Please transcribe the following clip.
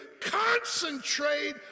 concentrate